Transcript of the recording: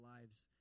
lives